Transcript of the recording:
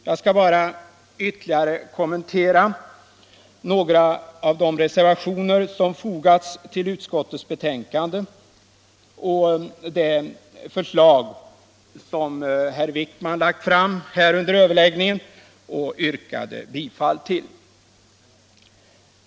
Jag skall bara ytterligare kommentera några av de reservationer som fogats till utskottets betänkande och det förslag som herr Wijkman framlagt under överläggningen och yrkat bifall tll.